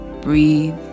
breathe